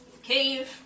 Cave